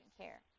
care